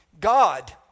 God